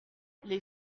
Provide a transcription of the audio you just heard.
les